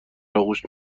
آغوش